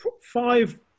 five